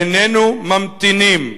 איננו ממתינים,